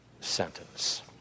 sentence